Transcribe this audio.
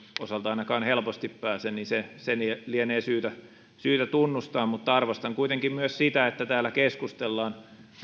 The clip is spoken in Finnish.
osalta ainakaan helposti pääse lienee syytä syytä tunnustaa mutta arvostan kuitenkin myös sitä että täällä keskustellaan